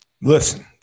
Listen